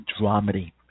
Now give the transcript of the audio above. dramedy